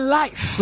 life